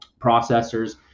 processors